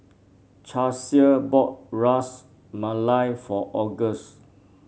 Charlsie bought Ras Malai for August